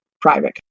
private